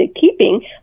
keeping